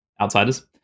Outsiders